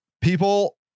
people